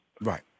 right